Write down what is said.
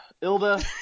Ilda